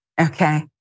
okay